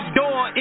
door